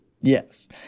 yes